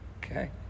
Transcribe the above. okay